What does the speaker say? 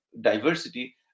diversity